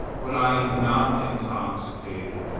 but i am not intoxicated.